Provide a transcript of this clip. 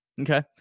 okay